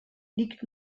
liegt